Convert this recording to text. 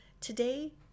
today